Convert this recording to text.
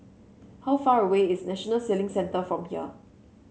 how far away is National Sailing Centre from here